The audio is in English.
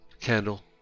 candle